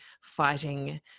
fighting